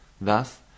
Thus